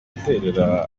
guterera